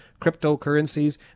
cryptocurrencies